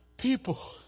people